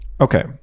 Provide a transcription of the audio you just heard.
Okay